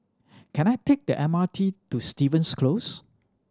can I take the M R T to Stevens Close